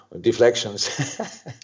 deflections